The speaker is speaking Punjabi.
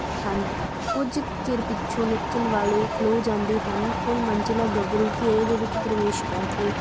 ਹਨ ਕੁਝ ਚਿਰ ਪਿੱਛੋਂ ਨੱਚਣ ਵਾਲੇ ਖਲੋ ਜਾਂਦੇ ਹਨ ਕੋਈ ਮੰਚਲਾ ਗੱਭਰੂ ਘੇਰੇ ਦੇ ਵਿੱਚ ਪ੍ਰਵੇਸ਼ ਕਰਕੇ